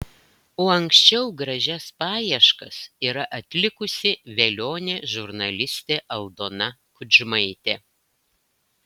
o anksčiau gražias paieškas yra atlikusi velionė žurnalistė aldona kudžmaitė